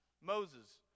Moses